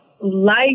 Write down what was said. life